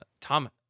Tom